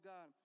God